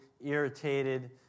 irritated